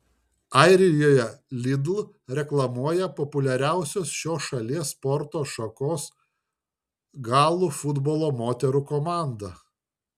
arijoje lidl reklamuoja populiariausios šios šalies sporto šakos galų futbolo moterų komanda